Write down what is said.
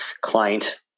client